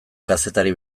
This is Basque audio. kazetari